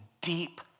deep